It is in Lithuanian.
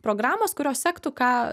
programos kurios sektų ką